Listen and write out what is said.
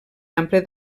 ample